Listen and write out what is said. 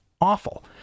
awful